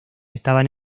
estaban